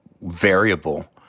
variable